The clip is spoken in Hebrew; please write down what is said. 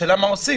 השאלה מה עושים.